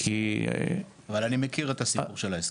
כי --- אבל אני מכיר את הסיפור של ההסכם,